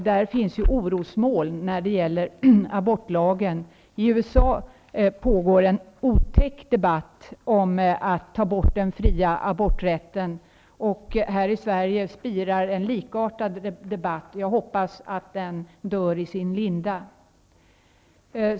Det finns orosmoln när det gäller abortlagen. I USA pågår en otäck debatt om att inskränka den fria rätten till abort. Här i Sverige spirar en likartad debatt. Jag hoppas att den dör i sin linda.